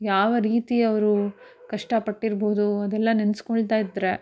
ಯಾವ ರೀತಿ ಅವರು ಕಷ್ಟಪಟ್ಟಿರ್ಬೋದು ಅದೆಲ್ಲ ನೆನೆಸ್ಕೊಳ್ತಾ ಇದ್ದರೆ